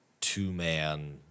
two-man